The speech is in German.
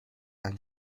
ein